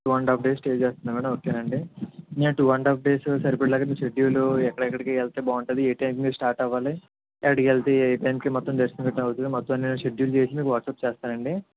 to and half days stay చేస్తున్నారా madam okay అండి మీరు టూ అండ్ హాఫ్ డేస్ సరిపడేలాగా మీ షెడ్యూలు ఎక్కడెక్కడికి వెళ్తే బాగుంటుంది ఏ టైంకి మీరు స్టార్ట్ అవ్వాలి ఎక్కడికి వెళ్తే ఏ టైంకి మొత్తం దర్శనం గట్రా అవుతుంది మొత్తం అన్నిషెడ్యూల్ చేసి మీకు వాట్సాప్ చేస్తానండి